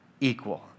equal